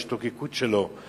ההשתוקקות שלו היא